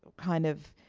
kind of,